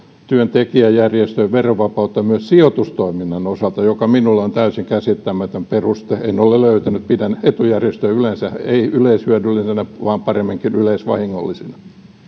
työntekijäjärjestöjen verovapautta myös sijoitustoiminnan osalta mikä minulle on täysin käsittämätön peruste en ole löytänyt pidän etujärjestöjä yleensä ei yleishyödyllisinä vaan paremminkin yleisvahingollisina